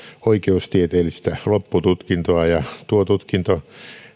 oikeustieteellistä loppututkintoa ja tuo tutkinto